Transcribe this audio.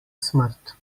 smrt